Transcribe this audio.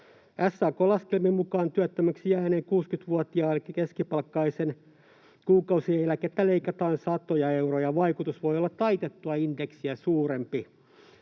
SAK:n laskelmien mukaan työttömäksi jääneen 60-vuotiaan keskipalkkaisen kuukausieläkettä leikataan satoja euroja. Vaikutus voi olla taitettua indeksiä suurempi.